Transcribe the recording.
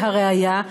והראיה,